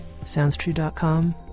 SoundsTrue.com